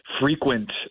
Frequent